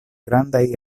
grandaj